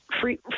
free